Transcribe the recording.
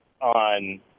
on